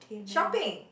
shopping